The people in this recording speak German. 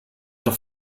doch